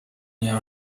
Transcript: jahr